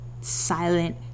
silent